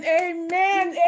amen